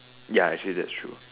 ya actually that's true